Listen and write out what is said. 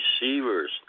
receivers